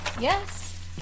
Yes